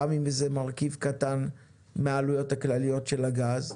גם אם זה מרכיב קטן מהעלויות הכלליות של הגז,